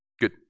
good